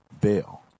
bail